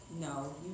No